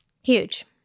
Huge